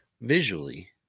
visually